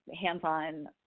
hands-on